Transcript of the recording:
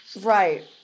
Right